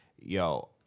yo